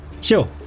Sure